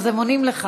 אז הם עונים לך.